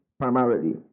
primarily